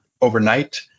overnight